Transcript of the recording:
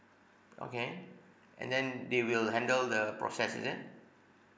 okay and then they will handle the process is it